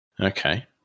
Okay